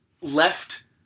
left